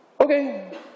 Okay